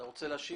אתה רוצה להשיב?